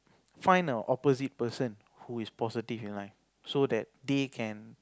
find a opposite person who is positive in life so that they can